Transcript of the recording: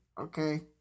okay